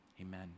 amen